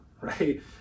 right